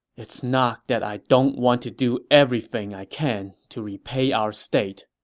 it's not that i don't want to do everything i can to repay our state,